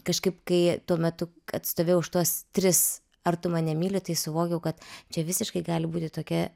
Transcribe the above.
kažkaip kai tuo metu atstovėjau už tuos tris ar tu mane myli tai suvokiau kad čia visiškai gali būti tokia